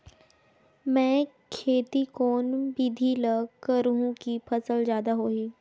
मै खेती कोन बिधी ल करहु कि फसल जादा होही